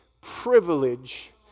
privilege